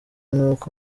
nkuko